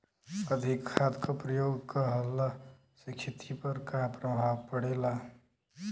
अधिक खाद क प्रयोग कहला से खेती पर का प्रभाव पड़ेला?